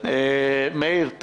מאיר שפיגלר,